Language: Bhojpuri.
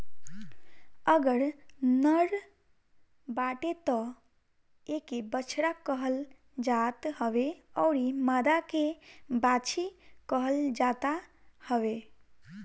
अगर नर बाटे तअ एके बछड़ा कहल जात हवे अउरी मादा के बाछी कहल जाता हवे